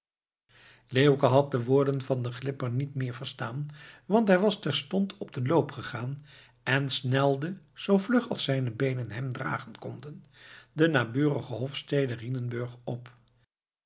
leeuwke had de woorden van den glipper niet meer verstaan want hij was terstond op den loop gegaan en snelde zoo vlug als zijne beenen hem dragen konden de naburige hofstede rhinenburg op